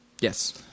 Yes